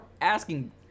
asking